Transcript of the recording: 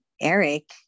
Eric